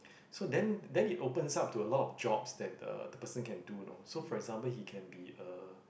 so then then it opens up to a lot of jobs that the person can do you know so for example he can be a